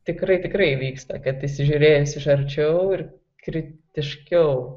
tikrai tikrai vyksta kad įsižiūrėjus iš arčiau ir kritiškiau